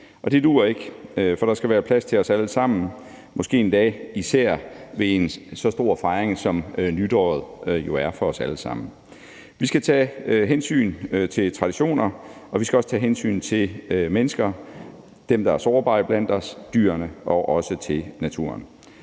og det duer ikke. For der skal være plads til os alle sammen, og det er måske endda især også i forbindelse med en så stor fejring, som nytåret jo er for os alle sammen. Vi skal tage hensyn til traditioner, og vi skal også tage hensyn til mennesker, til dem, der er sårbare iblandt os, til dyrene og til naturen,